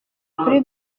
kuri